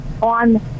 on